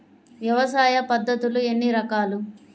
వ్యవసాయ పద్ధతులు ఎన్ని రకాలు?